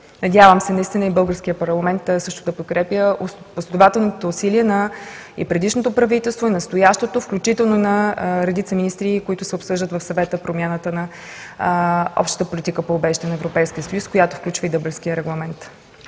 Надявам се българският парламент също да подкрепя последователните усилия на предишното и настоящото правителство, включително на редица министри, които обсъждат в Съвета промяната на Общата политика по убежище на Европейския съюз, която включва и Дъблинския регламент.